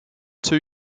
two